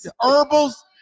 herbals